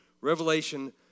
Revelation